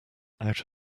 out